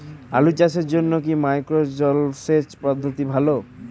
আলু চাষের জন্য কি মাইক্রো জলসেচ পদ্ধতি ভালো?